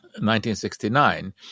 1969